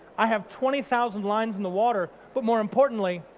i have twenty thousand lines in the water, but more importantly,